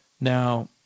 Now